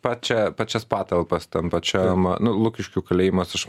pačią pačias patalpas tam pačiam nu lukiškių kalėjimas aš